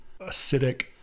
acidic